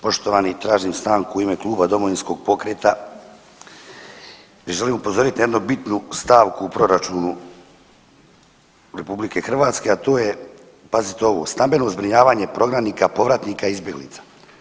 Poštovani, tražim stanku u ime Kluba Domovinskog pokreta jer želim upozorit na jednu bitnu stavku u proračunu RH, a to je, pazite ovo, stambeno zbrinjavanje prognanika povratnika i izbjeglica.